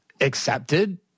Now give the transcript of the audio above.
accepted